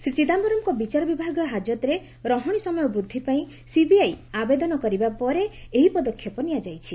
ଶ୍ରୀ ଚିଦାମ୍ଘରମ୍ଙ୍କ ବିଚାର ବିଭାଗୀୟ ହାକତରେ ରହଣୀ ସମୟ ବୃଦ୍ଧି ପାଇଁ ସିବିଆଇ ଆବେଦନ କରିବା ପରେ ଏହି ପଦକ୍ଷେପ ନିଆଯାଇଛି